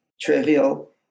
trivial